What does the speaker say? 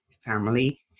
family